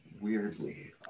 weirdly